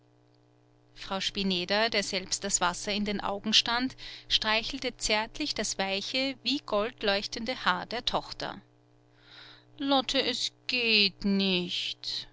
frau spineder der selbst das wasser in den augen stand streichelte zärtlich das weiche wie gold leuchtende haar der tochter lotte es geht nicht